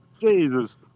Jesus